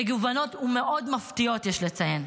מגוונות ומאוד מפתיעות, יש לציין.